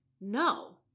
no